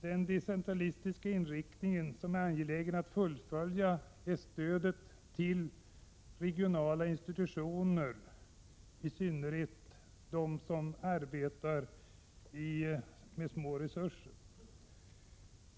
Den decentralistiska inriktning som är angelägen att fullfölja är stöd till regionala institutioner, i synnerhet de som arbetar med små resurser.